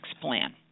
plan